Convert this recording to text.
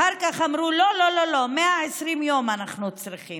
אחר כך אמרו: לא, לא, לא, 120 יום אנחנו צריכים.